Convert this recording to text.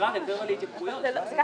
אין